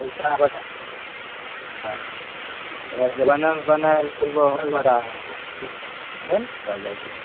पैसा बनल अगर मे बनल तऽ बनाएल जाएगा